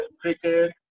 cricket